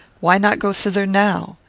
why not go thither now?